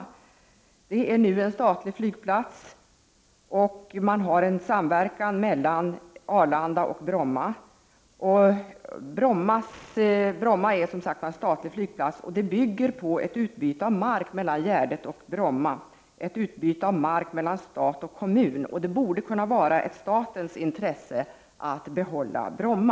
Bromma är nu en statlig flygplats, och det förekommer en samverkan mellan Arlanda och Bromma. Att Bromma är en statlig flygplats bygger på ett utbyte av mark mellan Gärdet och Bromma, ett utbyte av mark mellan stat och kommun. Det borde vara ett statens intresse att behålla Bromma.